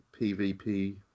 PvP